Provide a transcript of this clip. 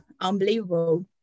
unbelievable